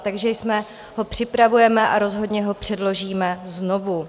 Takže ho připravujeme a rozhodně ho předložíme znovu.